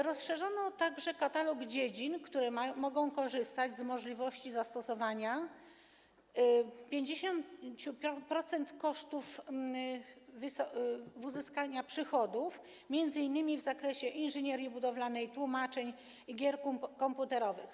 Rozszerzono także katalog dziedzin, w których można korzystać z możliwości zastosowania 50-procentowych kosztów uzyskania przychodów - m.in. w zakresie inżynierii budowalnej, tłumaczeń, gier komputerowych.